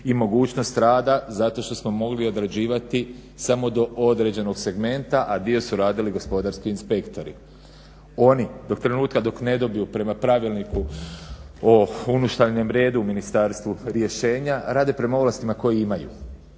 i mogućnost rada zato što smo mogli odrađivati samo do određenog segmenta, a dio su radili gospodarski inspektori. Oni do trenutka dok ne dobiju prema Pravilniku o unutarnjem redu u ministarstvu rješenja rade prema ovlastima koje imaju.